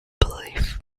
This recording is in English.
belief